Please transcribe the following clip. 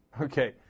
Okay